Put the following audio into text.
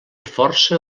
força